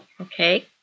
okay